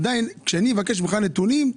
עדיין כשאני מבקש ממך נתונים,